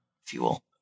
fuel